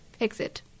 exit